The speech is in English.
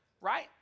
right